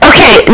Okay